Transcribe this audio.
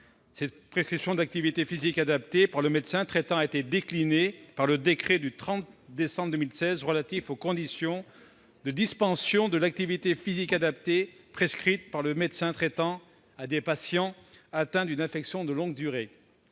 de prescription d'activité physique adaptée par le médecin traitant a été déclinée par le décret du 30 décembre 2016 relatif aux conditions de dispensation de l'activité physique adaptée prescrite par le médecin traitant à des patients atteints d'une affection de longue durée.